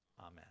amen